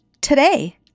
today